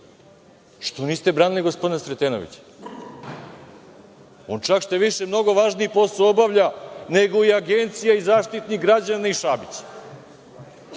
što niste branili gospodina Sretenovića? On, čak šta više, mnogo važniji posao obavlja nego Agencija, Zaštitnik građana i Šabić.